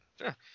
Sure